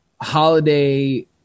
holiday